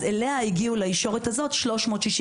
אליה הגיעו 360 כיתות.